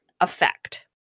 effect